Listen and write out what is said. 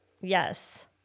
yes